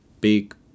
big